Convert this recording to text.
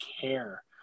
care